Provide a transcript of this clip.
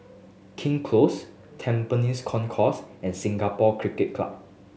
King Close Tampines Concourse and Singapore Cricket Club